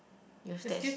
your stats